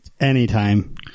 anytime